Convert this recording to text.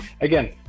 again